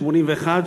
מ-1981,